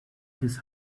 his